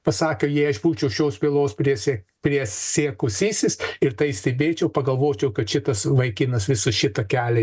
pasakė jei aš būčiau šios bylos prisie prisiekusysis ir tai stebėčiau pagalvočiau kad šitas vaikinas visą šitą kelią